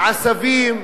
לעשבים,